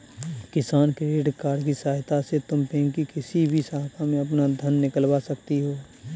किसान credit card की सहायता से तुम बैंक की किसी भी शाखा से अपना धन निकलवा सकती हो